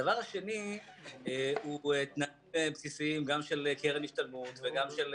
הדבר השני הוא תנאים בסיסיים גם של קרן השתלמות וגם של